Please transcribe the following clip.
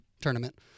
Tournament